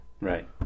Right